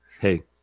hey